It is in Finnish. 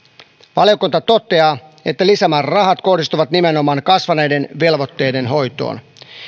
valiokunta toteaa että lisämäärärahat kohdistuvat nimenomaan kasvaneiden velvoitteiden hoitoon